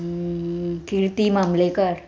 Kirti Mamlekar